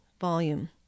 volume